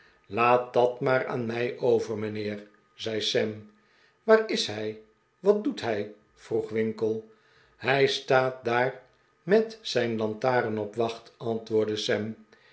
laat dat maar aan mij over mijnheer zei sam waar is hij wat doet hij vroeg winkle hij staat daar met zijn lantaren op wacht antwoordde